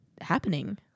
happening